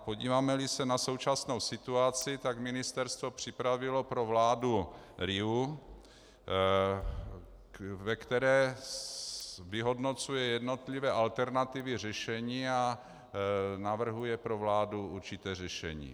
Podívámeli se na současnou situaci, tak ministerstvo připravilo pro vládu RIA, ve které vyhodnocuje jednotlivé alternativy řešení a navrhuje pro vládu určité řešení.